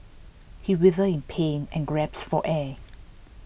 he wither in pain and gasped for air